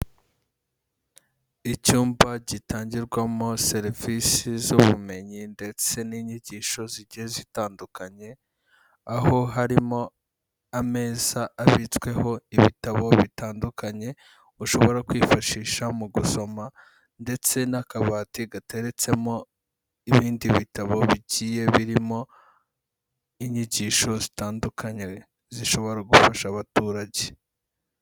Icyumba gitangirwamo serivisi z'ubumenyi ndetse n'inyigisho zigiye zitandukanye, aho harimo ameza abitsweho ibitabo bitandukanye, ushobora kwifashisha mu gusoma ndetse n'akabati gateretsemo ibindi bitabo bigiye birimo inyigisho zitandukanye, zishobora gufasha abaturage.